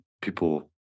people